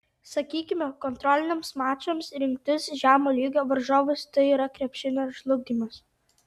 sakykime kontroliniams mačams rinktis žemo lygio varžovus tai yra krepšinio žlugdymas